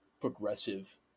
progressive